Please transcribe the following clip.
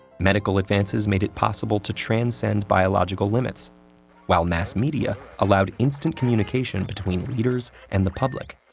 medical advances made it possible to transcend biological limits while mass media allowed instant communication between leaders and the public.